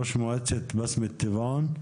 ראש מועצת בשמת טבעון.